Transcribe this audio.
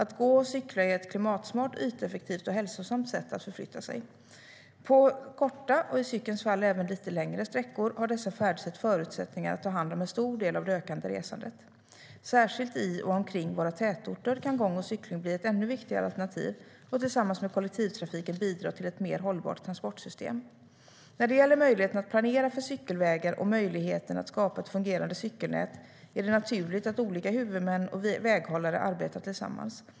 Att gå och cykla är ett klimatsmart, yteffektivt och hälsosamt sätt att förflytta sig. På korta, och i cykelns fall även lite längre, sträckor har dessa färdsätt förutsättningar att ta hand om en stor del av det ökande resandet. Särskilt i och omkring våra tätorter kan gång och cykling bli ett ännu viktigare alternativ och tillsammans med kollektivtrafiken bidra till ett mer hållbart transportsystem. När det gäller möjligheten att planera för cykelvägar och möjligheten att skapa ett fungerande cykelnät är det naturligt att olika huvudmän och väghållare arbetar tillsammans.